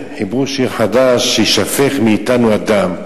חיברו שיר חדש: שיישפך מאתנו הדם.